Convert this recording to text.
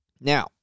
Now